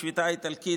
בשביתה איטלקית,